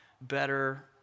better